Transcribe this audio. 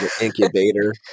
incubator